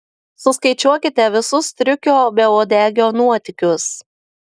suskaičiuokite visus striukio beuodegio nuotykius